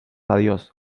adiós